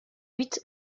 huit